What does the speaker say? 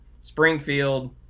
Springfield